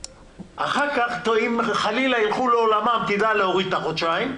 אם אחר כך הם ילכו לעולמם אתה תדע להוריד את החודשיים,